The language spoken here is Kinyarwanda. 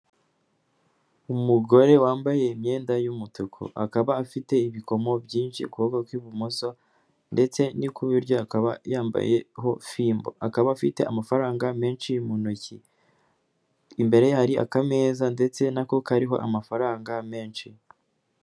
Umugore wambaye imyenda y'umutuku, akaba afite ibikomo byinshi ku kuboko kw'ibumoso, ndetse n'ukwiburyo akaba yambayeho fimbo, akaba afite amafaranga menshi mu ntoki, imbere hari aka meza ndetse nako kariho amafaranga menshi.